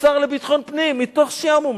השר לביטחון פנים: מתוך שעמום.